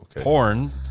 porn